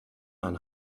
ein